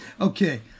Okay